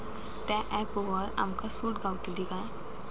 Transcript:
त्या ऍपवर आमका सूट गावतली काय?